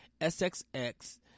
SXX